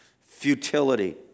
futility